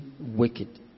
wicked